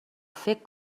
فکر